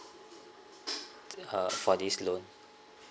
uh for this loan